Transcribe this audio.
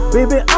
Baby